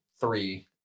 three